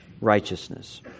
Righteousness